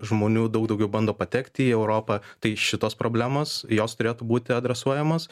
žmonių daug daugiau bando patekti į europą tai šitos problemos jos turėtų būti adresuojamos